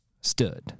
stood